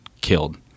killed